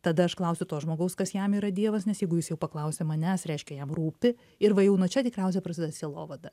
tada aš klausiu to žmogaus kas jam yra dievas nes jeigu jis jau paklausė manęs reiškia jam rūpi ir va jau nuo čia tikriausiai prasidės sielovada